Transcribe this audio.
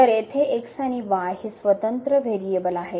तर येथे x आणि y हे स्वतंत्र व्हेरिएबल आहेत